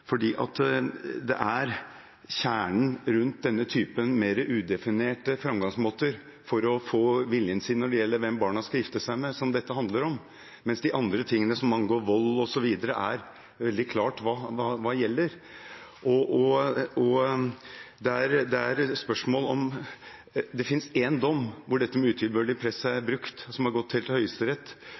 det er kjernen av denne typen mer udefinerte framgangsmåter for å få viljen sin når det gjelder hvem barna skal gifte seg meg, dette handler om, mens det når det gjelder de andre tingene, som angår vold osv., er veldig klart hva gjelder. Det finnes én dom der dette med utilbørlig press er blitt brukt, som har gått helt til Høyesterett, og som skjedde under spesielle betingelser. Så dette er blitt brukt